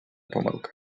помилка